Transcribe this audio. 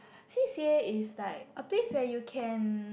C_C_A is like a place where you can